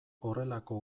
horrelako